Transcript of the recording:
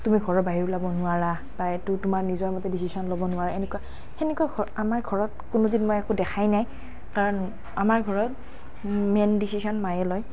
তুমি ঘৰৰ বাহিৰ ওলাব নোৱাৰা বা এইটো তোমাৰ নিজৰ মতে ডিচিছন ল'ব নোৱাৰা এনেকুৱা সেনেকুৱা আমাৰ ঘৰত কোনো দিন মই একো দেখাই নাই কাৰণ আমাৰ ঘৰত মেইন ডিচিছন মায়ে লয়